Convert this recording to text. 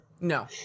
No